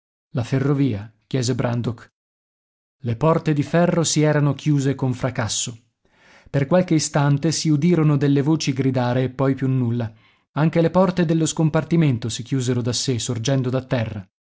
la ferrovia chiese brandok le porte di ferro si erano chiuse con fracasso per qualche istante si udirono delle voci gridare e poi più nulla anche le porte dello scompartimento si chiusero da sé sorgendo da terra